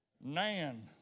Nan